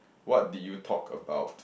what did you talk about